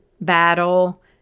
battle